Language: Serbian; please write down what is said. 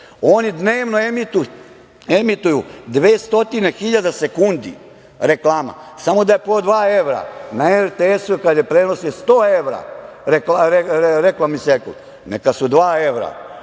Oni dnevno emituju 200 hiljada sekundi reklama. Samo da je po dva evra, na RTS-u kada je prenos je 100 evra reklamni sekund, a neka su i dva